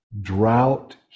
drought